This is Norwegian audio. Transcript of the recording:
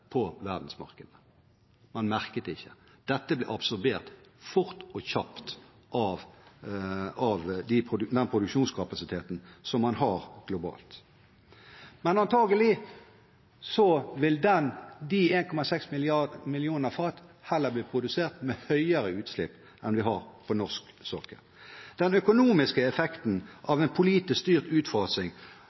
på verdensmarkedet. Man merket det ikke. Dette ble absorbert fort og kjapt av den produksjonskapasiteten som man hadde globalt. Antagelig ville de 1,6 millioner fatene bli produsert med høyere utslipp enn vi har på norsk sokkel. Den økonomiske effekten av en politisk styrt